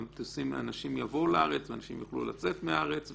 ואנשים יבואו לארץ ואנשים יוכלו לצאת מהארץ וכו'.